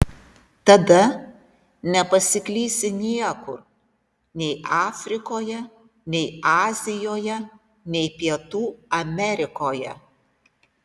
tada nepasiklysi niekur nei afrikoje nei azijoje nei pietų amerikoje